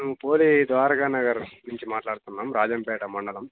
మేము పోలీ ద్వారకానగర్ నుంచి మాట్లాడుతున్నాము రాజాం పేట మండలం